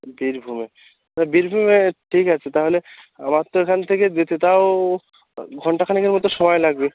বীরভূমে তা বীরভূমে ঠিক আছে তাহলে আমার তো এখান থেকে যেতে তাও ঘন্টা খানেকের মতো সময় লাগবে